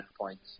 points